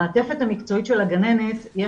המעטפת המקצועית של הגננת,